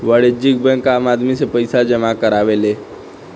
वाणिज्यिक बैंक आम आदमी से पईसा जामा करावेले